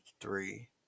three